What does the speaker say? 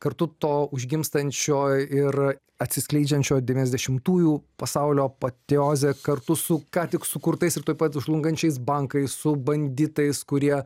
kartu to užgimstančio ir atsiskleidžiančio devyniasdešimtųjų pasaulio patiozė kartu su ką tik sukurtais ir tuoj pat žlungančiais bankais su banditais kurie